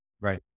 right